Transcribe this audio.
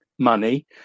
Money